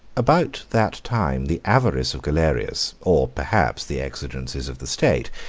about that time the avarice of galerius, or perhaps the exigencies of the state,